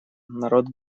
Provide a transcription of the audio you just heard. народ